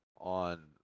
on